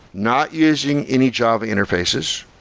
not using any job interfaces,